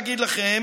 אני חייב להגיד לכם